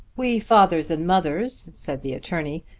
we fathers and mothers, said the attorney,